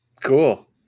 Cool